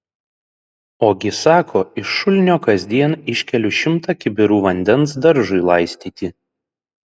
ogi sako iš šulinio kasdien iškeliu šimtą kibirų vandens daržui laistyti